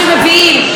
היפה,